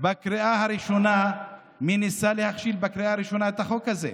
בקריאה הראשונה את החוק הזה.